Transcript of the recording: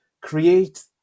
create